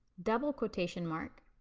double quotation mark,